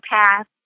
path